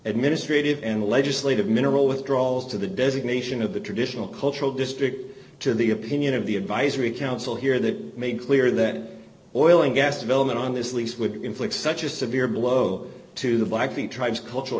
administrative and legislative mineral with drawls to the designation of the traditional cultural district to the opinion of the advisory council here that made clear that it or oil and gas development on this lease would inflict such a severe blow to the blackfeet tribes cultural